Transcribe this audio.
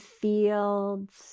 fields